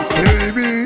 Baby